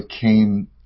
came